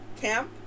camp